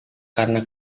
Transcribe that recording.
karena